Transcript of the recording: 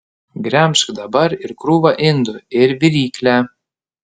gremžk dabar ir krūvą indų ir viryklę